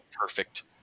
perfect